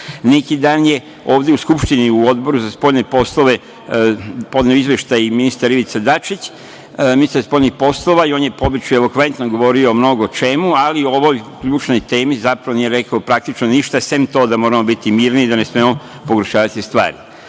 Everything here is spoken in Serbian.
dan je ovde u Skupštini u Odboru za spoljne poslove podneo izveštaj ministar Ivica Dačić, ministar spoljnih poslova i on je po običaju elokventno govorio o mnogo čemu, ali o ovoj ključnoj temi, zapravo, nije rekao, praktično, ništa, sem to da moramo biti mirni i da ne smemo pogoršavati stvari. Sve